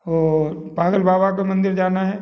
और पागल बाबा के मंदिर जाना है